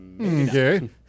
Okay